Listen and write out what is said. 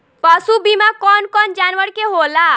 पशु बीमा कौन कौन जानवर के होला?